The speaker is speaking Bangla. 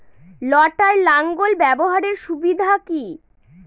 লটার লাঙ্গল ব্যবহারের সুবিধা কি?